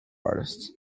artists